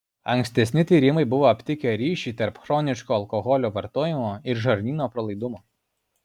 ankstesni tyrimai buvo aptikę ryšį tarp chroniško alkoholio vartojimo ir žarnyno pralaidumo